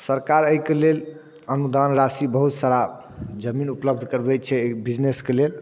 सरकार अइके लेल अनुदान राशि बहुत सारा जमीन उपलब्ध करबै छै अइ बिजनेसके लेल